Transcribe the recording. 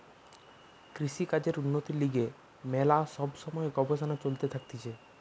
কৃষিকাজের উন্নতির লিগে ম্যালা সব সময় গবেষণা চলতে থাকতিছে